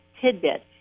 tidbit